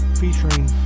featuring